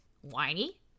Whiny